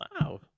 Wow